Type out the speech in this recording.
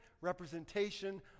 representation